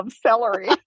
celery